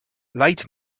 light